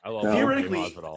Theoretically